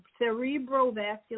cerebrovascular